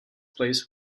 place